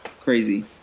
Crazy